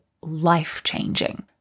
life-changing